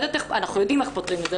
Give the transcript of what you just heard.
אנחנו יודעים איך פותרים את זה.